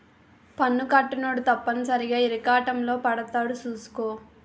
పన్ను కట్టనోడు తప్పనిసరిగా ఇరకాటంలో పడతాడు సూసుకో